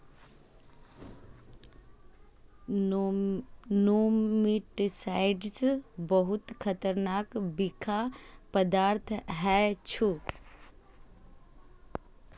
nematicides बहुत खतरनाक बिखाह पदार्थ होइ छै